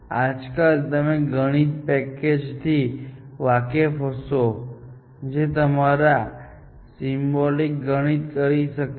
આજકાલ તમે આ ગણિત પેકેજો થી વાકેફ હશો જે તમારા માટે સિમ્બોલિક ગણિત કરી શકે છે